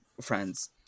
friends